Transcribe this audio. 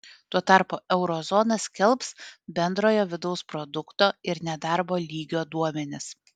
tuo tarpu euro zona skelbs bendrojo vidaus produkto ir nedarbo lygio duomenis